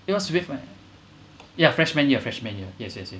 it was with ya freshman year freshman year yes yes yes